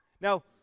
Now